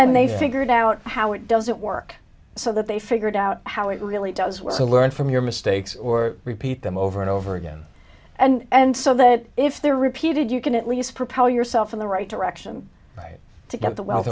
and they figured out how it doesn't work so that they figured out how it really does work to learn from your mistakes or repeat them over and over again and so that if they're repeated you can at least propel yourself in the right direction right to get the we